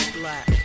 black